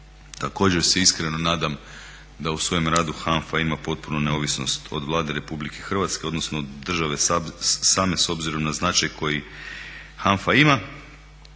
Također se iskreno nadam da u svojem radu HANFA ima potpunu neovisnost od Vlade Republike Hrvatske odnosno države same s obzirom na značaj koji HANFA ima.